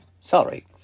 Sorry